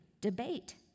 debate